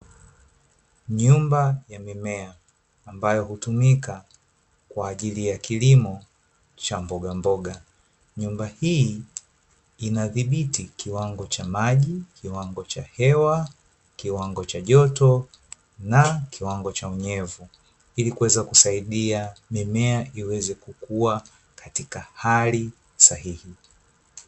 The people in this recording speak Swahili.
Nyumba ya mimea, ambayo hutumika kwa ajili ya kilimo cha mbogamboga. Nyumba hii inadhibiti kiwango cha maji, kiwango cha hewa, kiwango cha joto, na kiwango cha unyevu, ili kuweza kusaidia mimea iweze kukua katika hali sahihi.